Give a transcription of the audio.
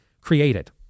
created